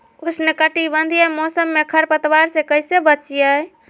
उष्णकटिबंधीय मौसम में खरपतवार से कैसे बचिये?